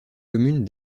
commune